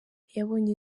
yabonye